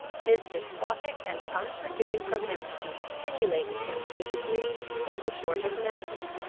his despotic and unforgiving propensities stimulated him to a degree little short of madness.